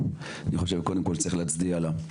אני חושב קודם כל שצריך להצדיע לה.